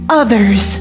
others